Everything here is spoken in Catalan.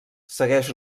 segueix